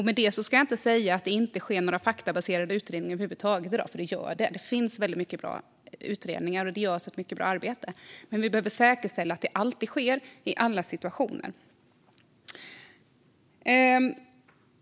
Med det ska jag inte säga att det inte sker några faktabaserade utredningar över huvud taget i dag, för det gör det. Det finns väldigt många bra utredningar, och det görs ett mycket bra arbete. Men vi behöver säkerställa att det alltid sker i alla situationer.